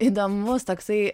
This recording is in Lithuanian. įdomus toksai